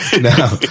No